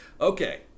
Okay